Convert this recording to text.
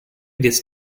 this